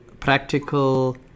practical